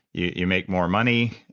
you make more money.